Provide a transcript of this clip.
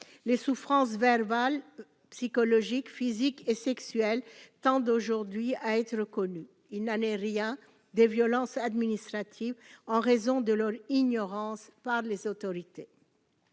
les souffrances verbale, psychologique, physique et sexuelle tendent aujourd'hui à être, il n'en est rien des violences administratives en raison de leur ignorance par les autorités.